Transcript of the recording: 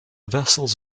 vessels